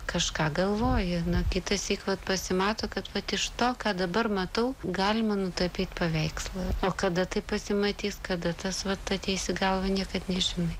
kažką galvoji na kitąsyk vat pasimato kad vat iš to ką dabar matau galima nutapyt paveikslą o kada tai pasimatys kada tas vat ateis į galvą niekad nežinai